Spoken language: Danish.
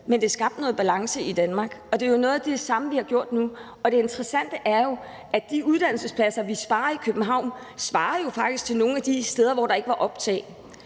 Men det skabte noget balance i Danmark, og det er noget af det samme, vi har gjort nu. Det interessante er jo, at de uddannelsespladser, vi sparer i København, faktisk går op med nogle af de steder, hvor der ikke var noget